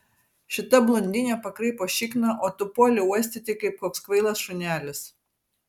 šita blondinė pakraipo šikną o tu puoli uostyti kaip koks kvailas šunelis